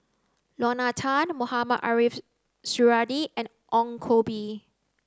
Lorna Tan Mohamed Ariff Suradi and Ong Koh Bee